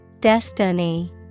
Destiny